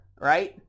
Right